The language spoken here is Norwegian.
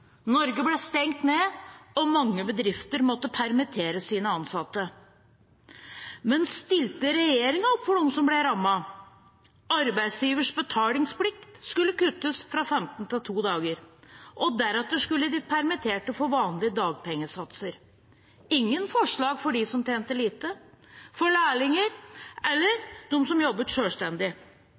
Norge ble stengt ned, og mange bedrifter måtte permittere sine ansatte. Men stilte regjeringen opp for de som ble rammet? Arbeidsgivers betalingsplikt skulle kuttes fra 15 til 2 dager, og deretter skulle de permitterte få vanlige dagpengesatser – ingen forslag for de som tjente lite, for lærlinger eller for de som jobbet